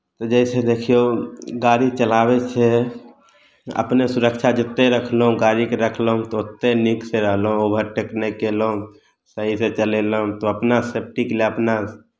जैसे देखियौ गाड़ी चलाबै छियै अपने सुरक्षा जतेक रखलहुँ गाड़ीके रखलहुँ तऽ ओतेक नीकसँ रहलहुँ ओवरटेक नहि कयलहुँ सहीसँ चलेलहुँ तऽ अपना सेफ्टीके लिए अपना